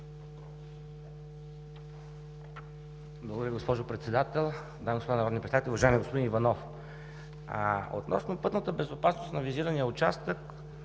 Благодаря, госпожо Председател. Дами и господа народни представители! Уважаеми господин Иванов, относно пътната безопасност на визирания участък,